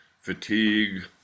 fatigue